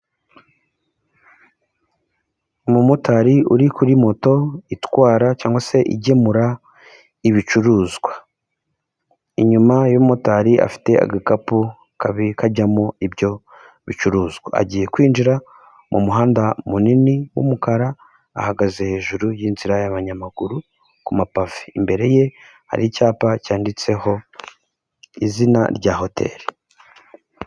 Umumotari uri kuri moto itwara cyangwa se igemura ibicuruzwa, inyuma y'umotari afite agakapu kajyamo ibyo bicuruzwa, agiye kwinjira mu muhanda munini w'umukara ahagaze hejuru y'inzira y'abanyamaguru ku mapave, imbere ye hari icyapa cyanditseho izina rya hoteli.